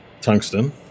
tungsten